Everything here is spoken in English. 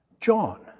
John